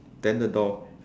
then the door